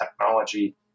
technology